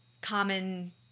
common